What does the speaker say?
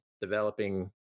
developing